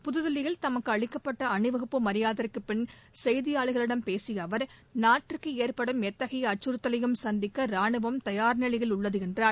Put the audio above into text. புதுதில்லியில் தமக்குஅளிக்கப்பட்டஅணிவகுப்பு மரியாதைக்குப் பின் செய்தியாளர்களிடம் பேசியஅவர் நாட்டிற்குஏற்படும் எத்தகையஅச்சுறுத்தவையும் சந்திக்கராணுவம் தயார் நிலையில் உள்ளதுஎன்றார்